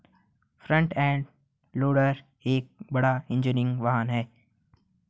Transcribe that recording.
front end loader एक बड़ा engineering वाहन है